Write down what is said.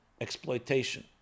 Exploitation